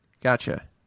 Gotcha